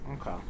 Okay